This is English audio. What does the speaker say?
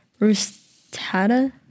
Rustada